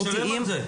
אני משלם על זה.